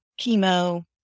chemo